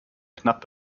knapp